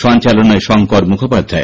সঞ্চালনায় শঙ্কর মুখোপাধ্যায়